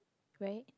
right